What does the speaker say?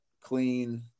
clean